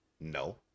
No